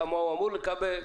כמה הוא אמור לקבל,